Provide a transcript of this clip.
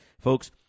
Folks